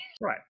Right